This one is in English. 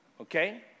okay